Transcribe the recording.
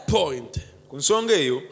point